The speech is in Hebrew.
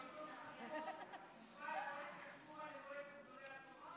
שיום טוב כלפון השווה את מועצת השורא